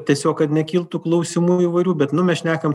tiesiog kad nekiltų klausimų įvairių bet nu mes šnekam